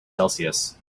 celsius